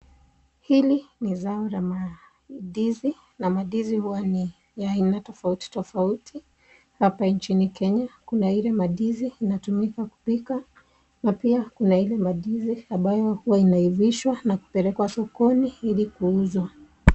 Hili ni zao la mandizi na mandizi huwa ni ya aina tofauti tofauti. Hapa nchini Keny, kuna ile mandizi inatumika kupika na pia kuna ile mandizi ambayo huwa inaivishwa na kupelekwa sokoni ili kuuzwa.